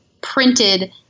printed